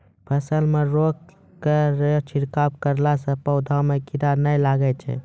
फसल मे रोगऽर के छिड़काव करला से पौधा मे कीड़ा नैय लागै छै?